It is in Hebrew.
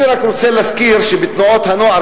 אני רק רוצה להזכיר שבתנועות הנוער,